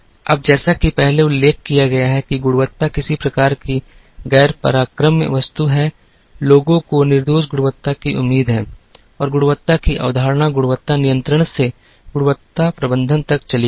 अब जैसा कि पहले उल्लेख किया गया है कि गुणवत्ता किसी प्रकार की गैर परक्राम्य वस्तु है लोगों को निर्दोष गुणवत्ता की उम्मीद है और गुणवत्ता की अवधारणा गुणवत्ता नियंत्रण से गुणवत्ता प्रबंधन तक चली गई है